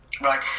right